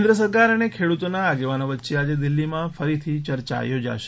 કેન્દ્ર સરકાર અને ખેડૂતોના આગેવાનો વચ્ચે આજે દિલ્હીમાં ફરીથી ચર્ચા યોજાશે